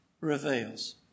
reveals